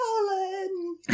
Colin